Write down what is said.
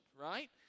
right